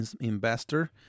investor